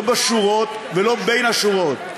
לא בשורות ולא בין השורות.